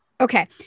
Okay